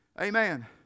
Amen